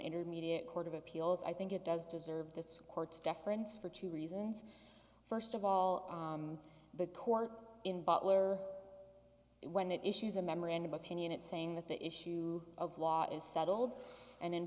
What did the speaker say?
intermediate court of appeals i think it does deserve this court's deference for two reasons first of all the court in butler when it issues a memorandum opinion it saying that the issue of law is settled and in